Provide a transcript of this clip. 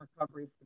recovery